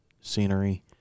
scenery